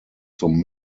zum